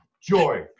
Joy